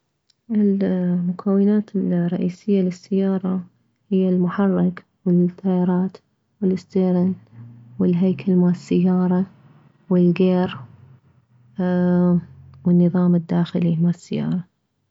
المكونات الرئيسية للسيارة هي المحرك والتايرات والستيرن والهيكل مالسيارة والكير والنظام الداخلي مالسيارة